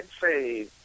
say